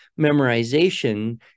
memorization